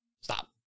Stop